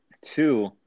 two